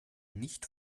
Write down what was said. nicht